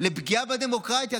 לפגיעה בדמוקרטיה?